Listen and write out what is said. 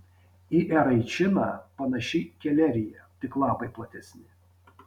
į eraičiną panaši kelerija tik lapai platesni